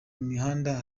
mihanda